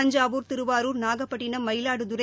Thanjavur Thiruvarur Nagapattinam Mayiladuthurai